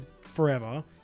forever